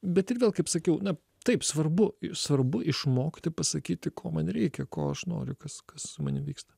bet ir vėl kaip sakiau na taip svarbu svarbu išmokti pasakyti ko man reikia ko aš noriu kas su manim vyksta